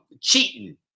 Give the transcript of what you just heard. cheating